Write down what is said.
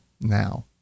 now